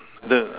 the